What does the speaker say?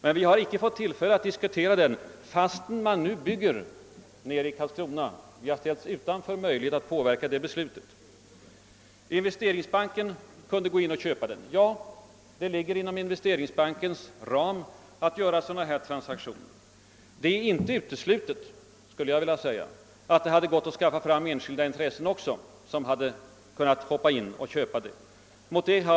Men vi har inte fått tillfälle att diskutera den trots att man redan bygger nere i Karlskrona; vi har ställts utanför möjligheten att påverka beslutet. Investeringsbanken kunde köpa företaget. Ja, det ligger inom Investeringsbankens ram att göra sådana transaktioner. Men det är inte uteslutet att det också hade gått att skaffa fram enskilda intressenter som kunnat köpa det.